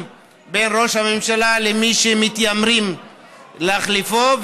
בין ראש הממשלה למי שמתיימרים להחליפו,